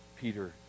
Peter